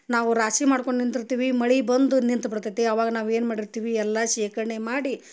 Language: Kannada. ನಾವು ರಾಶಿ ಮಾಡ್ಕೊಂಡು ನಿಂತಿರ್ತೀವಿ ಮಳೆ ಬಂದು ನಿಂತು ಬಿಡ್ತೈತಿ ಆವಾಗ ನಾವು ಏನು ಮಾಡಿರ್ತಿವಿ ಎಲ್ಲ ಶೇಖರ್ಣೆ ಮಾಡಿ